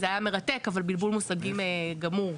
זה היה מרתק, אבל בלבול מושגים גמור.